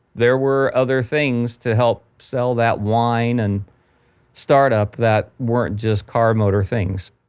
there were other things to help sell that whine and start up that weren't just car motor things